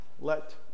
Let